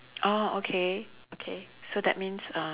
oh okay okay so that means uh